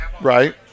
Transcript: Right